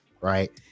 right